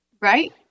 Right